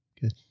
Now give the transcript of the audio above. Good